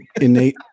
innate